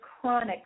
chronic